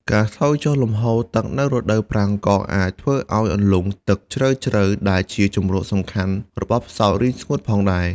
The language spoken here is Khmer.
ការថយចុះលំហូរទឹកនៅរដូវប្រាំងក៏អាចធ្វើឱ្យអន្លង់ទឹកជ្រៅៗដែលជាជម្រកសំខាន់របស់ផ្សោតរីងស្ងួតផងដែរ។